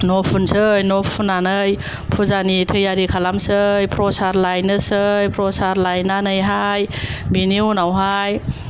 न' फुनसै न' फुनानै फुजानि तैयारि खालामनोसै प्रसाद लायनोसै प्रसाद लायनानै बेनि उनाव